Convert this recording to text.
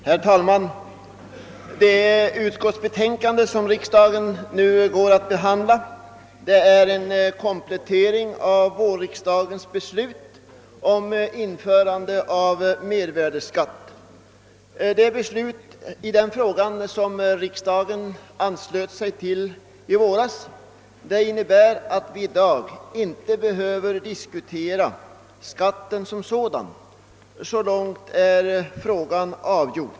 Herr talman! Det utskottsbetänkande som riksdagen nu går att behandla är en komplettering av vårriksdagens beslut om införande av mervärdeskatt. Det beslut i den frågan som riksdagen fattade i våras innebär att vi i dag inte behöver diskutera skatten som sådan. Så långt är frågan avgjord.